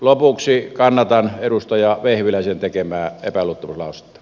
lopuksi kannatan edustaja vehviläisen tekemää epäluottamuslausetta